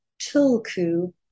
Tulku